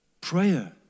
Prayer